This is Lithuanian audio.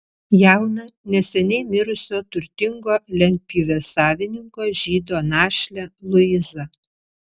jauną neseniai mirusio turtingo lentpjūvės savininko žydo našlę luizą